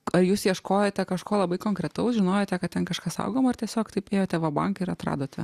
ar jūs ieškojote kažko labai konkretaus žinojote kad ten kažkas saugoma ar tiesiog taip ėjote va bank ir atradote